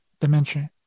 dimension